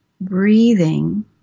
breathing